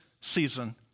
season